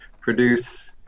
produce